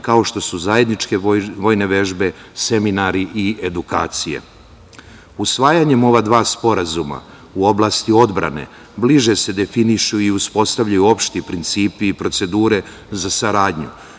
kao što su zajedničke vojne vežbe, seminari i edukacije. Usvajanjem ova dva sporazuma u oblasti odbrane bliže se definišu i uspostavljaju opšti principi i procedure za saradnju